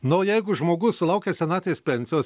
na o jeigu žmogus sulaukęs senatvės pensijos